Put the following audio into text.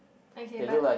okay but